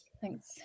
Thanks